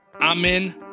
amen